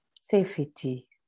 Safety